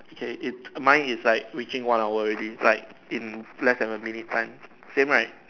okay if mine is like reaching one hour already like in less than a minute time same right